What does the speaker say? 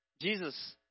Jesus